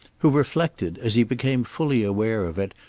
who reflected, as he became fully aware of it,